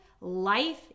Life